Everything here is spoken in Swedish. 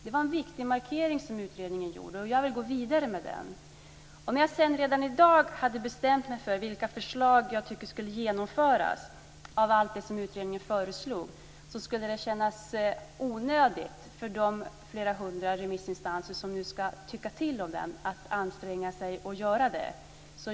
Det var en viktig markering som utredningen gjorde, och jag vill gå vidare med den. Om jag redan i dag hade bestämt mig för vilka förslag jag tycker ska genomföras av allt det som utredningen föreslog så skulle det kännas onödigt för de flera hundra remissinstanser som nu ska tycka till om utredningen att anstränga sig och göra det.